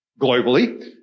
globally